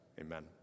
Amen